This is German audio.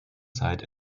zeit